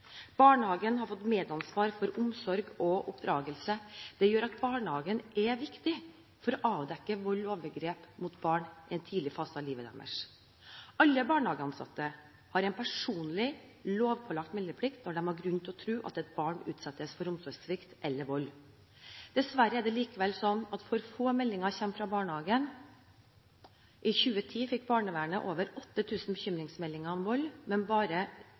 oppdragelse. Det gjør at barnehagen er viktig for å avdekke vold og overgrep mot barn i en tidlig fase av livet deres. Alle barnehageansatte har en personlig lovpålagt meldeplikt når de har grunn til å tro at et barn utsettes for omsorgssvikt eller vold. Dessverre er det likevel slik at for få meldinger kommer fra barnehagen. I 2010 fikk barnevernet over 8 000 bekymringsmeldinger om vold, men bare